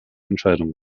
entscheidung